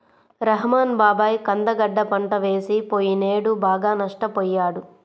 రెహ్మాన్ బాబాయి కంద గడ్డ పంట వేసి పొయ్యినేడు బాగా నష్టపొయ్యాడు